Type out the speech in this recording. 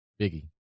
Biggie